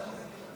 אדוני היושב-ראש,